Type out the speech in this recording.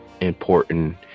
important